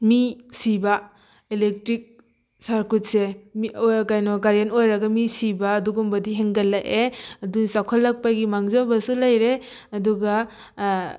ꯃꯤ ꯁꯤꯕ ꯏꯂꯦꯛꯇ꯭ꯔꯤꯛ ꯁꯔꯀ꯭ꯌꯨꯠꯁꯦ ꯀꯩꯅꯣ ꯀꯔꯦꯟ ꯑꯣꯏꯔꯒ ꯃꯤ ꯁꯤꯕ ꯑꯗꯨꯒꯨꯝꯕꯗꯤ ꯍꯦꯟꯒꯠꯂꯛꯑꯦ ꯑꯗꯨ ꯆꯥꯎꯈꯠꯂꯛꯄꯒꯤ ꯃꯥꯡꯖꯕꯁꯨ ꯂꯩꯔꯦ ꯑꯗꯨꯒ